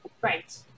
Right